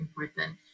important